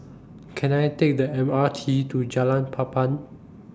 Can I Take The M R T to Jalan Papan